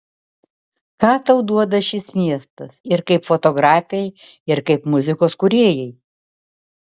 ką tau duoda šis miestas ir kaip fotografei ir kaip muzikos kūrėjai